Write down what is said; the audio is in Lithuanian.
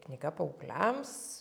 knyga paaugliams